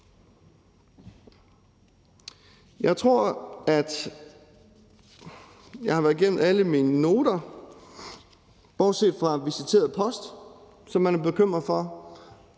Jeg tror, at jeg har været igennem alle mine noter, bortset fra visiteret post, som man er bekymret for,